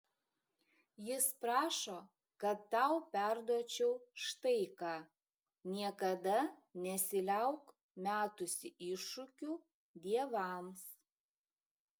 jis prašo kad tau perduočiau štai ką niekada nesiliauk metusi iššūkių dievams